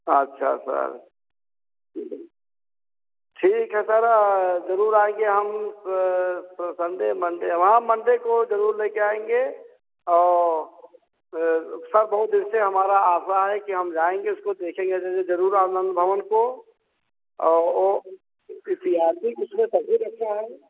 अच्छा सर ठीक है ठीक है सर जरुर आएंगे हम सर संडे मंडे हाँ मंडे को जरुर लेके आएंगे औ सर बहुत दिन से हमारा आशा है कि हम जाएंगे इसको देखेंगे जरुर आनंद भवन को और ओ ऐतिहासिक उसमें सभी रखा है